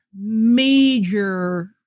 major